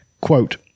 quote